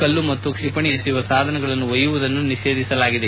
ಕಲ್ಲು ಮತ್ತು ಕ್ಷಿಪಣಿ ಎಸೆಯುವ ಸಾಧನಗಳನ್ನು ಒಯ್ಯುವುದನ್ನು ನಿಷೇಧಿಸಲಾಗಿದೆ